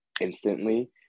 instantly